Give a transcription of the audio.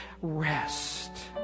rest